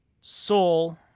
Soul